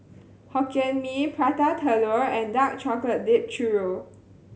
Hokkien Mee Prata Telur and dark chocolate dipped churro